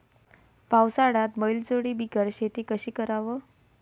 पावसाळ्यात बैलजोडी बिगर शेती कशी कराव?